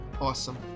Awesome